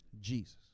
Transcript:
Jesus